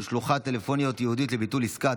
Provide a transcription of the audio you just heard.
שלוחה טלפונית ייעודית לביטול עסקה),